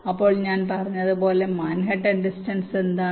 അപ്പോൾ ഞാൻ പറഞ്ഞതുപോലെ മാൻഹട്ടൻ ഡിസ്റ്റൻസ് എന്താണ്